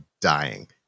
dying